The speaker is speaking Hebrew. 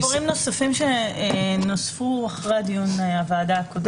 דברים נוספים שנוספו אחרי הדיון הקודם של הוועדה.